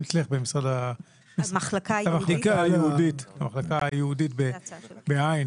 מחלקה ייעודית ב-ע',